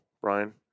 Brian